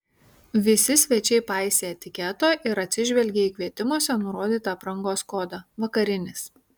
visi svečiai paisė etiketo ir atsižvelgė į kvietimuose nurodytą aprangos kodą vakarinis